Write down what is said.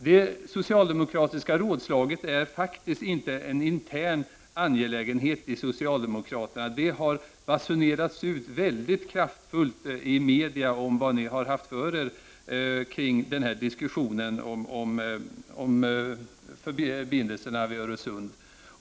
Det socialdemokratiska rådslaget är faktiskt inte en intern angelägenhet för socialdemokraterna. Det har kraftfullt basunerats ut i media vad ni har haft för er i diskussionen om förbindelserna över Öresund.